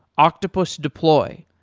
octopus deploy,